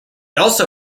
also